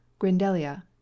grindelia